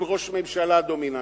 עם ראש ממשלה דומיננטי,